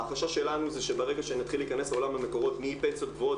ההרגשה שלנו שברגע שנתחיל להיכנס לעולם המקורות מפנסיות גבוהות,